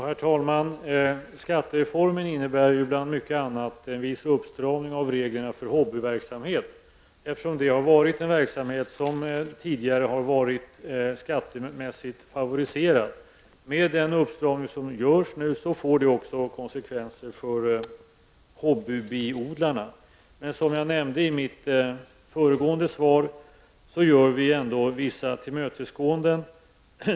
Herr talman! Skattereformen innebär bland mycket annat en viss uppstramning av reglerna för hobbyverksamhet, eftersom det har varit en verksamhet som tidigare har varit skattemässigt favoriserad. Den uppstramning som görs får också konsekvenser för hobbybiodlarna, men, vilket jag nämnde i mitt föregående svar, vi gör ändå vissa tillmötesgåenden.